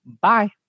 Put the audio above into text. Bye